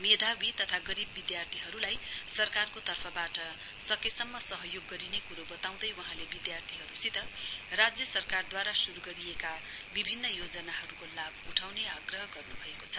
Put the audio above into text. मेधावी तथा गरीब विद्यार्थीहरूलाई सरकारको तर्फबाट सकेसम्म सहयोग गरिने क्रो बताउँदै वहाँले विद्यार्थीहरूसित राज्य सरकारद्वारा श्रु गरिएका विभिन्न योजनाहरूको लाभ उठाउने आग्रह गर्न्भएको छ